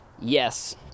yes